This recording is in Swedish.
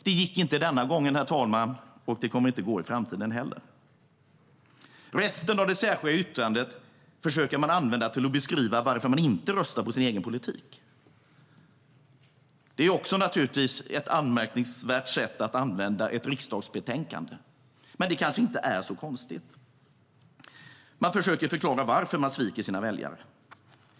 Det gick inte denna gång, herr talman, och det kommer inte att gå i framtiden heller. Resten av det särskilda yttrandet använder man till att försöka beskriva varför man inte röstar på sin egen politik. Det är naturligtvis ett anmärkningsvärt sätt att använda ett riksdagsbetänkande. Men det kanske inte är så konstigt. Man försöker förklara varför man sviker sina väljare.